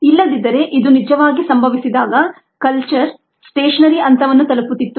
ಇಲ್ಲದಿದ್ದರೆ ಇದು ನಿಜವಾಗಿ ಸಂಭವಿಸಿದಾಗ ಕಲ್ಚರ್ ಸ್ಟೇಷನರಿ ಹಂತವನ್ನು ತಲುಪುತ್ತಿತ್ತು